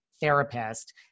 therapist